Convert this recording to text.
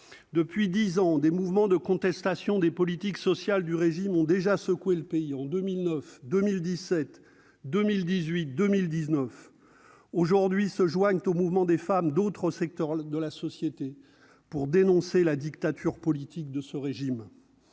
depuis 10 ans, des mouvements de contestation des politiques sociales du régime ont déjà secoué le pays en 2009 2017, 2018, 2019 aujourd'hui se joignent au mouvement des femmes d'autres secteurs de la société pour dénoncer la dictature politique de ce régime,